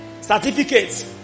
certificates